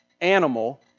animal